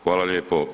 Hvala lijepo.